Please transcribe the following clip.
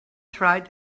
tried